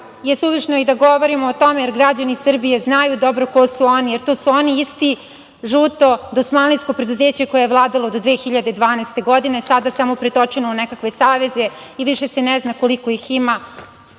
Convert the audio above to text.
je suvišno i da govorimo o tome, jer građani Srbije dobro znaju ko su oni, jer to su oni isti žuto dosmanlijsko preduzeće koje je vladalo do 2012. godine, a sada samo pretočeno u nekakve saveze i više se ne zna koliko ih ima,